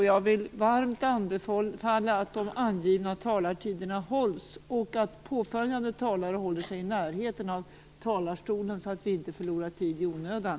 Jag vill varmt anbefalla att de angivna taletiderna hålls och att efterföljande talare håller sig i närheten av talarstolen så att vi inte förlorar tid i onödan.